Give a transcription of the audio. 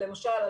למשל,